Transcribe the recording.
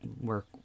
work